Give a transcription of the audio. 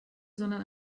sondern